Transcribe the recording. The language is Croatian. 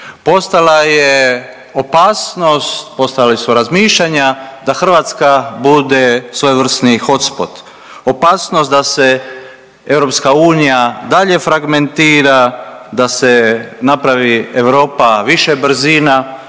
Postojala je opasnost, postojala su razmišljanja da Hrvatska bude svojevrsni hotspot. Opasnost da se EU dalje fragmentira, da se napravi Europa više brzina